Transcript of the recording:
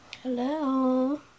Hello